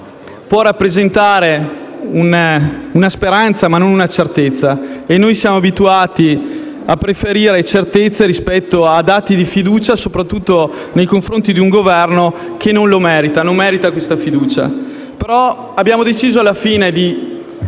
può rappresentare una speranza, ma non una certezza e noi siamo abituati a preferire certezze rispetto a dati di fiducia, sopratutto nei confronti di un Governo che non la merita. Tuttavia, alla fine abbiamo deciso di